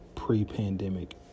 pre-pandemic